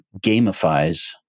gamifies